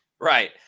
Right